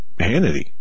Hannity